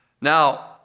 Now